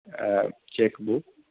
checkbook